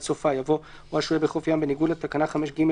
סופה יבוא "או השוהה בחוף ים בניגוד לתקנה 5(ג),